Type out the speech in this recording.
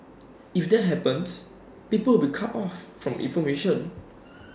if that happens people will cut off from information